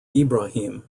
ibrahim